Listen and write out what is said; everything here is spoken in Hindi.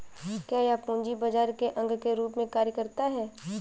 क्या यह पूंजी बाजार के अंग के रूप में कार्य करता है?